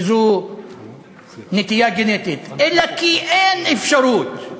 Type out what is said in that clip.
כי זו נטייה גנטית, אלא כי אין אפשרות.